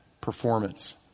performance